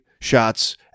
shots